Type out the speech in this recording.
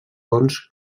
bons